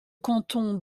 canton